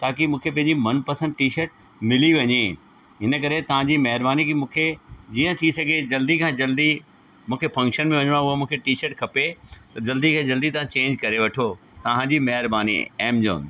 ताकि मूंखे पंहिंजी मनपसंदि टीशट मिली वञे हिन करे तव्हांजी महिरबानी कि मूंखे जीअं थी सघे जल्दी खां जल्दी मूंखे फंक्शन में वञिणो आहे उहो मूंखे टीशट खपे जल्दी खां जल्दी तव्हां चेंज करे वठो तव्हांजी महिरबानी एमजॉन